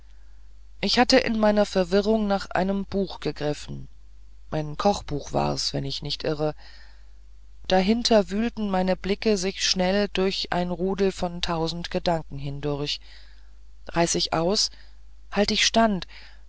ich hatte in meiner verwirrung nach einem buch gegriffen ein kochbuch war's wenn ich nicht irre dahinter wühlten meine blicke sich schnell durch ein rudel von tausend gedanken hindurch reiß ich aus halt ich stand